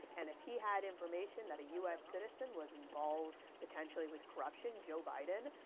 and if he had information that a u s. citizen was involved, potentially, with corruption, joe biden,